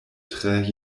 tre